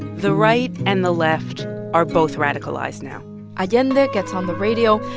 the right and the left are both radicalized now allende gets on the radio,